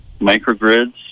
microgrids